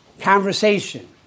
conversation